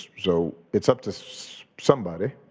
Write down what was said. so it's up to so somebody